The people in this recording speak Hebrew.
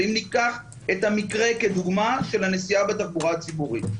ואם ניקח כדוגמה את המקרה של הנסיעה בתחבורה הציבורית,